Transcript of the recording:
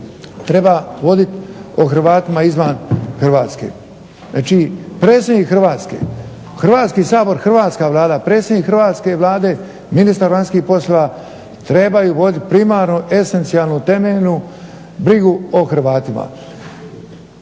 treba vodit o Hrvatima izvan Hrvatske. Znači, predsjednik Hrvatske, Hrvatski sabor, hrvatska Vlada, predsjednik hrvatske Vlade, ministar vanjskih poslova trebaju voditi primarno esencijalnu temeljnu brigu o Hrvatima.